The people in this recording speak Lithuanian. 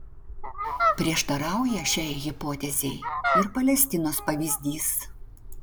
prieštarauja šiai hipotezei ir palestinos pavyzdys